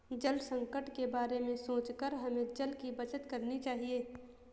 जल संकट के बारे में सोचकर हमें जल की बचत करनी चाहिए